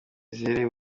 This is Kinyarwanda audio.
ziherereye